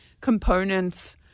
components